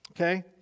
Okay